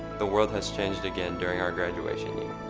the world has changed again during our graduation year.